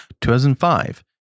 2005